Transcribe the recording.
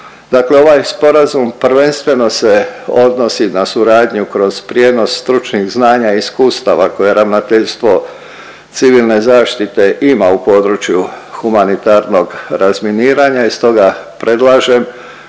Dakle ovaj sporazum prvenstveno se odnosi na suradnju kroz prijenos stručnih znanja i iskustava koje Ravnateljstvo civilne zaštite ima u području humanitarnog razminiranja i stoga predlažem